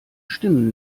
stimmen